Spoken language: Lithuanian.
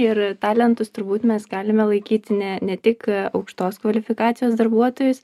ir talentus turbūt mes galime laikyti ne tik aukštos kvalifikacijos darbuotojus